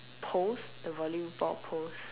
poles the volleyball poles